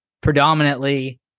predominantly